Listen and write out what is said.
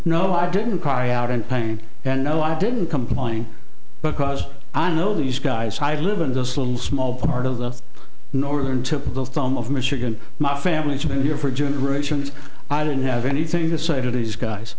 no i didn't cry out in pain and no i didn't complain because i know these guys hide live in this little small part of the northern tip of the thumb of michigan my family's been here for generations i didn't have anything to say to these guys